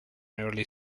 early